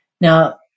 now